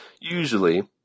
usually